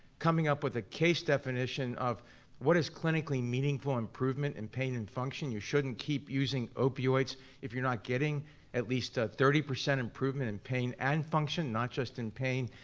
coming up with a case definition of what is clinically meaningful improvement in pain and function, you shouldn't keep using opioids if you're not getting at least a thirty percent improvement in pain and function, not just in pain,